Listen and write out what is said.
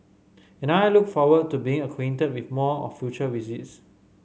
and I look forward to being acquainted with more on future visits